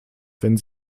wenn